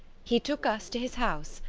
he took us to his house,